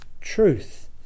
truth